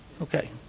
Okay